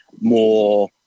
more